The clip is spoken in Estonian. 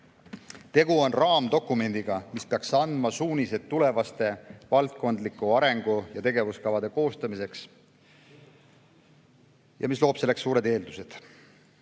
Tegu on raamdokumendiga, mis peaks andma suunised tulevaste valdkonna arengu- ja tegevuskavade koostamiseks ja mis loob selleks suured eeldused.